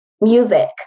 music